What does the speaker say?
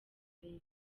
leta